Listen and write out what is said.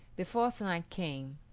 the fourth night came,